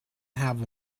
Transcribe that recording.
have